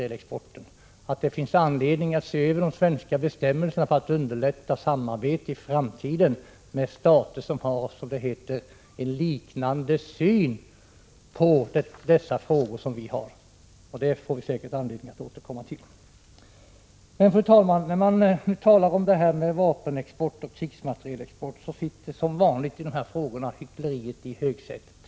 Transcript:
Det anförs att det finns anledning att se över de svenska bestämmelserna för att underlätta samarbete i framtiden med stater som har en liknande syn på dessa frågor. Vi får säkert anledning att återkomma till detta. Fru talman! När man talar om vapenexport och krigsmaterielexport sitter, som vanligt i dessa frågor, hyckleriet i högsätet.